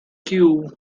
queue